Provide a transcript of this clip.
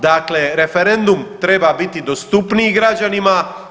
Dakle referendum treba biti dostupniji građanima.